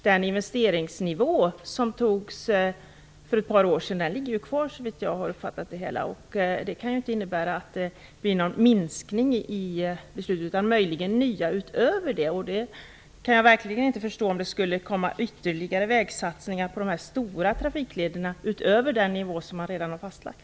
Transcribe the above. Den investeringsnivå som fastlades för ett par år sedan ligger ju kvar, såvitt jag förstår. Då kan det ju inte bli någon minskning, möjligen nya investeringar därutöver. Jag kan verkligen inte förstå om det skulle komma ytterligare vägsatsningar på de här stora trafiklederna utöver den nivå som man redan har fastlagt.